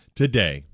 today